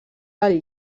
del